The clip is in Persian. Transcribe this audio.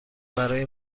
برای